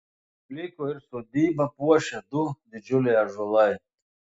liko ir sodybą puošę du didžiuliai ąžuolai